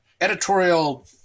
editorial